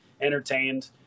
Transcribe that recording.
entertained